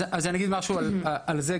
אז אני אגיד משהו גם על זה,